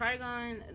Trigon